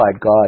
God